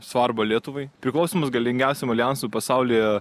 svarbą lietuvai priklausymas galingiausiam aljansui pasaulyje